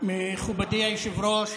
מכובדי היושב-ראש,